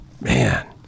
man